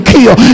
Kill